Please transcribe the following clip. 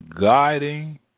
guiding